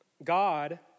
God